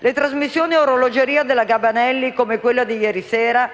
Le trasmissioni a orologeria della Gabanelli (come quella di ieri sera